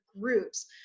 groups